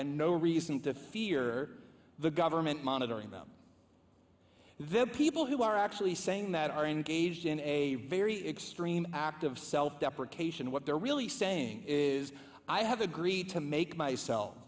and no reason to fear the government monitoring them there are people who are actually saying that are engaged in a very extreme act of self deprecation what they're really saying is i have agreed to make myself